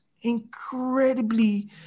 incredibly